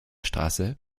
straße